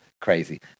crazy